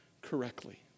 correctly